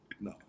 no